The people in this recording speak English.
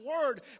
word